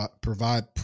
provide